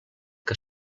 que